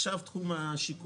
אנחנו עוברים לתחום השיכון,